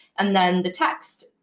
and then the text.